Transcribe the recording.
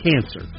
cancer